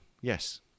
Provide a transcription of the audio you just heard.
Yes